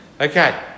okay